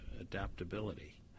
adaptability